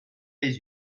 les